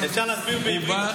אפשר להסביר בעברית?